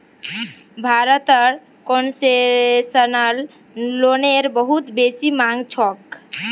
भारतत कोन्सेसनल लोनेर बहुत बेसी मांग छोक